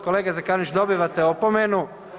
Kolega Zekanoviću dobivate opomenu.